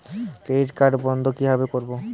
Credit card বন্ধ কিভাবে করবো?